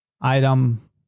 item